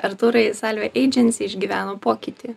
artūrai salve eidžensi išgyveno pokytį